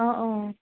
অঁ অঁ